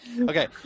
okay